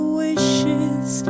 wishes